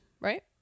right